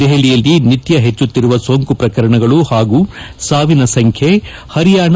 ದೆಹಲಿಯಲ್ಲಿ ನಿತ್ಯ ಹೆಚ್ಚುತ್ತಿರುವ ಸೋಂಕು ಪ್ರಕರಣಗಳು ಹಾಗೂ ಸಾವಿನ ಸಂಖ್ಲೆ ಪರಿಯಾಣ